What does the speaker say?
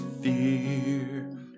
fear